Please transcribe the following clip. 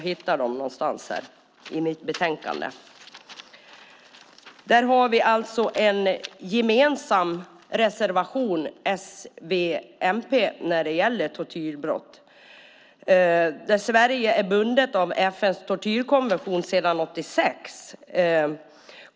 S, v och mp har en gemensam reservation om tortyrbrott: "Sverige är bundet av FN:s tortyrkonvention sedan 1986.